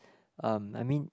um I mean